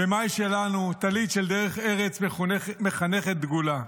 ומאי שלנו, טלית של דרך ארץ, מחנכת דגולה.